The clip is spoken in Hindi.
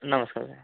नमस्ते सर